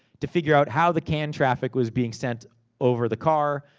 to figure out how the canned traffic was being sent over the car,